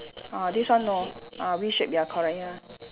ah this one no ah V shape ya correct ya